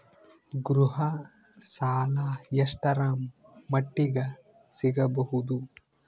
ಗೃಹ ಸಾಲ ಎಷ್ಟರ ಮಟ್ಟಿಗ ಸಿಗಬಹುದು?